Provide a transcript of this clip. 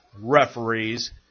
referees